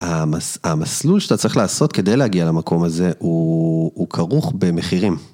המסלול שאתה צריך לעשות כדי להגיע למקום הזה הוא כרוך במחירים.